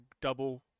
double